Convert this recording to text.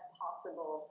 possible